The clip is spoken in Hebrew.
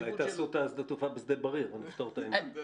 --- אולי תעשו את שדה התעופה בשדה בריר ונפתור את העניין.